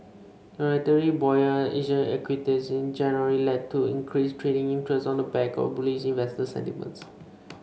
the relatively buoyant Asian equities markets in January led to increased trading interest on the back of bullish investor sentiments